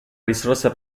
risorsa